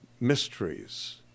mysteries